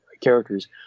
characters